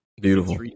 Beautiful